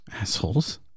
Assholes